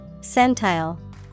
Centile